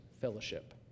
fellowship